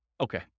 Okay